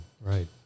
right